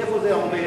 איפה זה עומד?